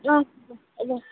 হ'ব হ'ব